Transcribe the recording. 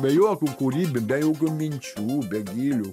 be jokių kūrybi be jokių minčių be gylių